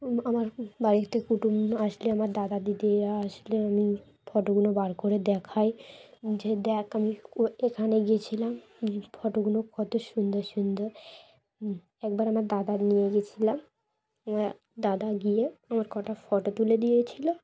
আমার বাড়ির থেকে কুটুম আসলে আমার দাদা দিদিরা আসলে আমি ফটোগুলো বার করে দেখাই যে দেখ আমি ও এখানে গিয়েছিলাম ফটোগুলো কত সুন্দর সুন্দর একবার আমার দাদার নিয়ে গিয়েছিলাম আমার দাদা গিয়ে আমার কটা ফটো তুলে দিয়েছিলো